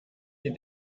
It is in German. die